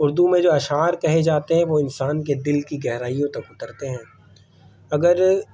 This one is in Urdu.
اردو میں جو اشعار کہے جاتے ہیں وہ انسان کے دل کی گہرائیوں تک اترتے ہیں اگر